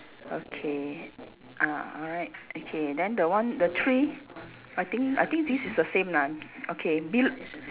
okay ah alright okay then the one the three I think I think this is the same lah okay bel~